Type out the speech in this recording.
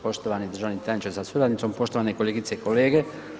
Poštovani državni tajniče sa suradnicom, poštovane kolegice i kolege.